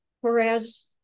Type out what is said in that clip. whereas